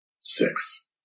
six